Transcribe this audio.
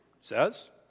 says